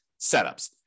setups